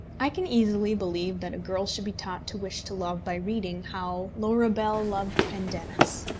i can easily believe that a girl should be taught to wish to love by reading how laura bell loved pendennis.